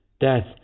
Death